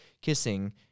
kissing